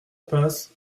passe